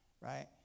right